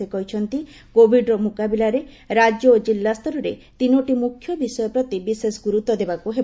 ସେ କହିଛନ୍ତି କୋଭିଡ୍ର ମୁକାବିଲାରେ ରାଜ୍ୟ ଓ ଜିଲ୍ଲା ସ୍ତରରେ ତିନୋଟି ମୁଖ୍ୟ ବିଷୟ ପ୍ରତି ବିଶେଷ ଗୁରୁତ୍ୱ ଦେବାକୁ ହେବ